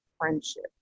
friendship